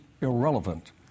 irrelevant